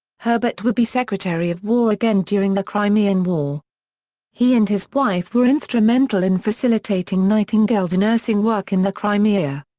herbert would be secretary of war again during the crimean war he and his wife were instrumental in facilitating nightingale's nursing work in the crimea.